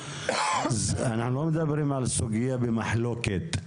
אנחנו לא מדברים על סוגיה במחלוקת,